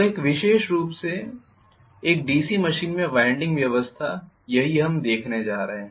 तो विशेष रूप से एक डीसी मशीन में वाइंडिंग व्यवस्था यही हम देखने जा रहे हैं